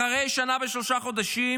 אחרי שנה ושלושה חודשים